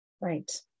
Right